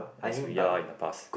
as we are in the past